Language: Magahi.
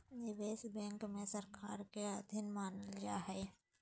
निवेश बैंक के सरकार के अधीन मानल जा हइ